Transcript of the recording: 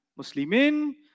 Muslimin